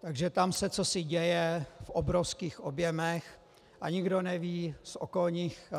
Takže tam se cosi děje v obrovských objemech a nikdo neví z okolních